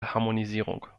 harmonisierung